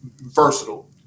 versatile